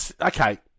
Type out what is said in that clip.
Okay